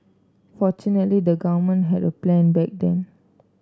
fortunately the government had a plan back then